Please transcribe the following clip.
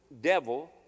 devil